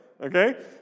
Okay